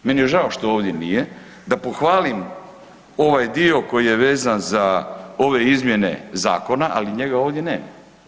Meni je žao što ovdje nije da pohvalim ovaj dio koji je vezan za ove izmjene zakona, ali ovdje njega nema.